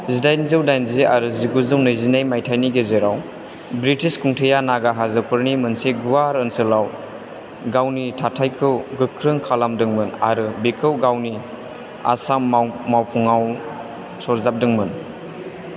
जिदाइनजौ दाइनजि आरो जिगुजौ नैजिनै मायथायनि गेजेराव ब्रिटिश खुंथाया नागा हाजोफोरनि मोनसे गुवार ओनसोलाव गावनि थाथायखौ गोख्रों खालामदोंमोन आरो बेखौ गावनि आसाम माव मावफुङाव सरजाबदोंमोन